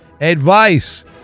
advice